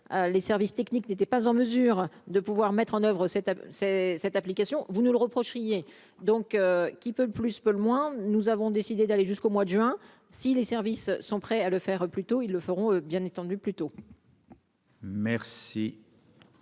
les services techniques n'était pas en mesure de pouvoir mettre en oeuvre cette c'est cette application, vous nous le reprochent donc qui peut le plus peut le moins, nous avons décidé d'aller jusqu'au mois de juin si les services sont prêts à le faire plus tôt, ils le feront bien plutôt. Merci.